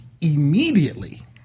immediately